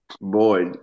Boy